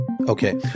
Okay